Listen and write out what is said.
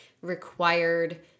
required